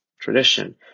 tradition